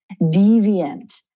deviant